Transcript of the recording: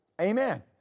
Amen